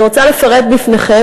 אני רוצה לפרט בפניכם,